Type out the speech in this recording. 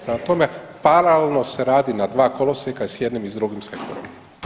Prema tome, paralelno se radi na dva kolosijeka i s jednim i s drugim sektorom.